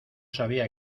sabía